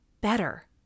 better